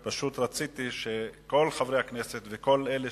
פשוט רציתי שכל חברי הכנסת וכל אלה